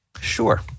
Sure